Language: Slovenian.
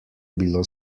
bilo